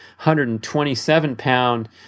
127-pound